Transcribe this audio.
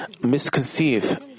misconceive